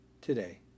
today